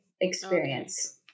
experience